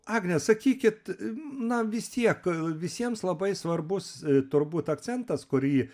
agne sakykit na vis tiek visiems labai svarbus turbūt akcentas kurį